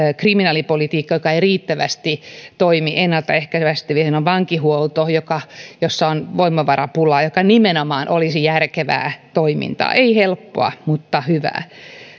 kriminaalipolitiikka joka ei riittävästi toimi ennaltaehkäisevästi meillä on vankihuolto jossa on voimavarapula ja joka nimenomaan olisi järkevää toimintaa ei helppoa mutta hyvää